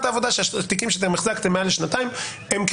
העבודה היא שתיקים שאותם החזקתם מעל לשנתיים הם,